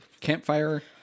campfire